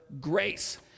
grace